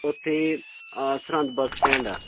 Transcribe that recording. ਉੱਥੇ Sirhind bus stand ਆ